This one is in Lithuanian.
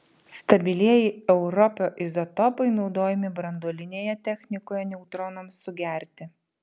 stabilieji europio izotopai naudojami branduolinėje technikoje neutronams sugerti